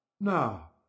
Now